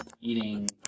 eating